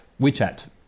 WeChat